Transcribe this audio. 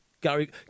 Gary